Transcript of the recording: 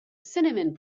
cinnamon